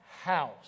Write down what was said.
house